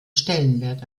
stellenwert